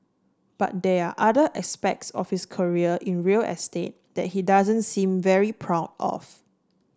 but there are other aspects of his career in real estate that he doesn't seem very proud of